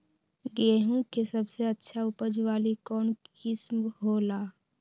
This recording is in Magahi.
गेंहू के सबसे अच्छा उपज वाली कौन किस्म हो ला?